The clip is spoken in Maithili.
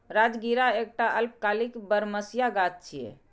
राजगिरा एकटा अल्पकालिक बरमसिया गाछ छियै